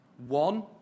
One